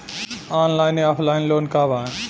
Online या offline loan का बा?